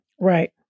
Right